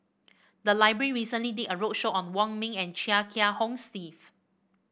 the library recently did a roadshow on Wong Ming and Chia Kiah Hong Steve